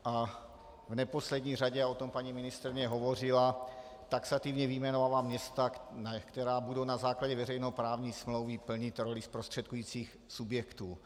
A v neposlední řadě, a o tom paní ministryně hovořila, taxativně vyjmenovává města, která budou na základě veřejnoprávní smlouvy plnit roli zprostředkujících subjektů.